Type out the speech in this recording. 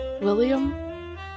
William